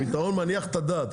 פתרון מניח את הדעת,